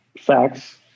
Facts